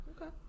Okay